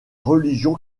religion